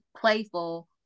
playful